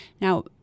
Now